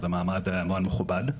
אז המעמד הוא מאוד מכובד.